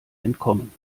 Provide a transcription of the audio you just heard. entkommen